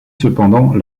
cependant